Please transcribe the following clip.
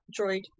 droid